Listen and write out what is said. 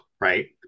Right